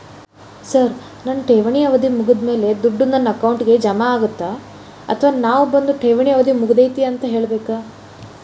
Sir ನನ್ನ ಠೇವಣಿ ಅವಧಿ ಮುಗಿದಮೇಲೆ, ದುಡ್ಡು ನನ್ನ ಅಕೌಂಟ್ಗೆ ಜಮಾ ಆಗುತ್ತ ಅಥವಾ ನಾವ್ ಬಂದು ಠೇವಣಿ ಅವಧಿ ಮುಗದೈತಿ ಅಂತ ಹೇಳಬೇಕ?